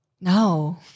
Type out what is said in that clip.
No